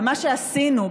במה שעשינו,